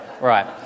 Right